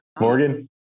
morgan